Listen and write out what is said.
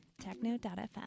techno.fm